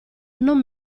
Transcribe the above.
non